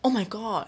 oh my god